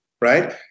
right